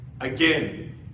Again